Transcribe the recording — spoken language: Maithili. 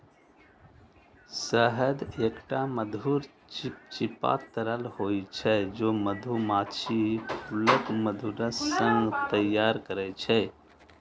शहद एकटा मधुर, चिपचिपा तरल होइ छै, जे मधुमाछी फूलक मधुरस सं तैयार करै छै